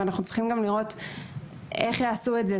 ואנחנו צריכים גם לראות איך יעשו את זה.